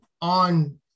on